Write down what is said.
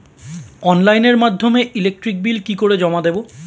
অনলাইনের মাধ্যমে electric bill কি করে জমা দেবো?